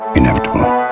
Inevitable